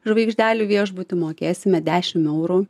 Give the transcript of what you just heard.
žvaigždelių viešbuty mokėsime dešimt eurų